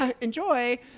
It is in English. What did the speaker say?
enjoy